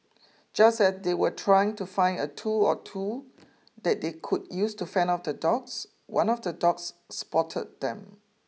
just as they were trying to find a tool or two that they could use to fend off the dogs one of the dogs spotted them